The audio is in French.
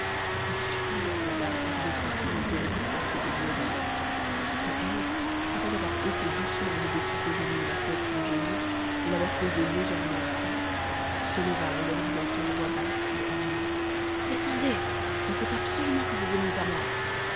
ils supplièrent la dame par d'autres signes de les dispenser de lui obéir mais elle après avoir ôté doucement de dessus ses genoux la tête du génie et l'avoir posée légèrement à terre se leva et leur dit d'un ton de voix bas mais animé descendez il faut absolument que vous veniez à moi